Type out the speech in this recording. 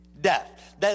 death